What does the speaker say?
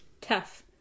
Tough